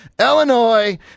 Illinois